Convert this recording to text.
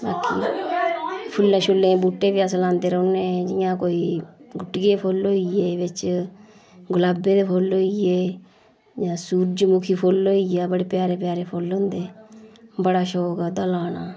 मिकी फुल्लें छुल्लें बूह्टे बी अस लांदे रौह्ने जियां कोई गुट्टिये फुल्ल होई गे बिच्च गुलाबे दे फुल्ल होई गे जां सूरजमुखी फुल्ल होई गेआ बड़े प्यारे प्यारे फुल्ल होंदे बड़ा शौक ऐ ओह्दा लाना